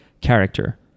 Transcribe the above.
character